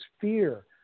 fear